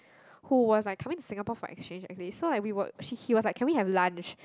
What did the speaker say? who was like coming to Singapore for exchange actually so like we were he was like can we have lunch